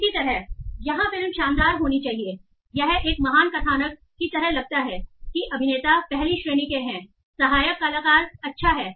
इसी तरह यहाँ फिल्म शानदार होनी चाहिए यह एक महान कथानक की तरह लगता है कि अभिनेता पहली श्रेणी के हैं सहायक कलाकार अच्छा है